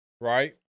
Right